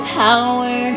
power